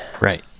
right